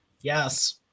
Yes